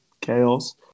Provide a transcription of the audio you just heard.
chaos